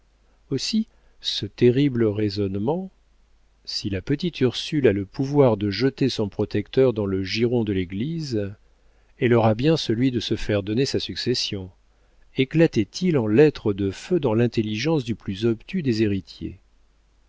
aussi ce terrible raisonnement si la petite ursule a le pouvoir de jeter son protecteur dans le giron de l'église elle aura bien celui de se faire donner sa succession éclatait il en lettres de feu dans l'intelligence du plus obtus des héritiers